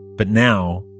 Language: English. but now,